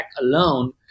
alone